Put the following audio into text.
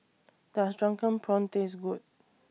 Does Drunken Prawns Taste Good